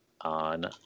on